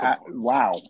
Wow